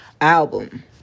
album